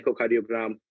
echocardiogram